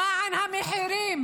למען המחירים